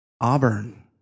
Auburn